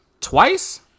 twice